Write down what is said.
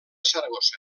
saragossa